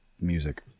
music